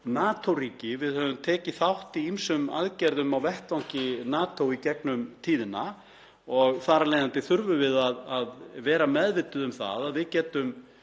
NATO-ríki og höfum tekið þátt í ýmsum aðgerðum á vettvangi NATO í gegnum tíðina. Þar af leiðandi þurfum við að vera meðvituð um það að við getum